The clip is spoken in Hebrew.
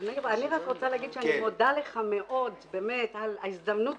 אני רק רוצה לומר שאני מודה לך מאוד על ההזדמנות